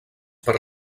per